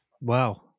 Wow